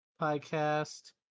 podcast